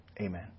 Amen